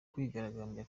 kwigaragambya